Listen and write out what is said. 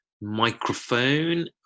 microphone